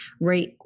right